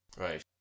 Right